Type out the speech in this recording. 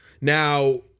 now